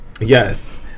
Yes